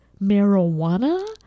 marijuana